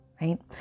right